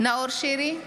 נאור שירי,